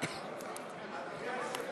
אדוני היושב-ראש,